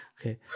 Okay